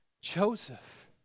Joseph